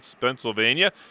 Pennsylvania